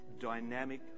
dynamic